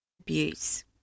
abuse